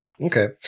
Okay